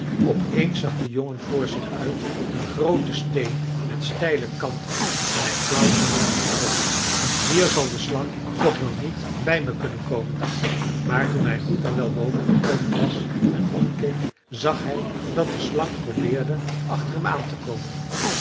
op eens zag de jongen voor zich uit een grooten steen met steile kanten en hij klauterde er op hier zal de slang toch wel niet bij me kunnen komen dacht hij maar toen hij goed en wel boven gekomen was en omkeek zag hij dat de slang probeerde achter hem aan te komen